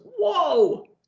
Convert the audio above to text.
whoa